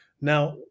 Now